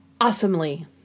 awesomely